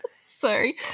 Sorry